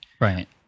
Right